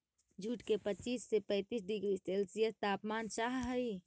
jute के पच्चीस से पैंतीस डिग्री सेल्सियस तापमान चाहहई